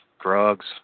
drugs